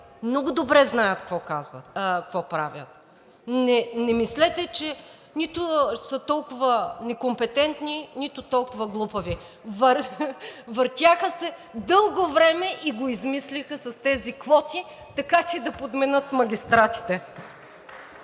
много добре знаят какво правят. Не мислете, че нито са толкова некомпетентни, нито толкова глупави. Въртяха се дълго време и го измислиха с тези квоти, така че да подменят магистратите.